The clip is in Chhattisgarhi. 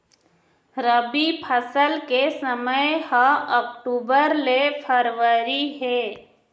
रबी फसल के समय ह अक्टूबर ले फरवरी हे